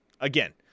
again